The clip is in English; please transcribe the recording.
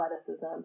athleticism